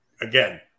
again